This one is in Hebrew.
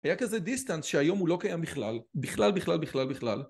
היה כזה distance שהיום הוא לא קיים בכלל, בכלל בכלל בכלל בכלל.